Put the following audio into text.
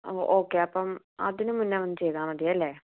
അ okay അപ്പം അതിന് മുന്നെ വന്ന് ചെയ്താൽ മതി അല്ലെ